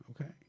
Okay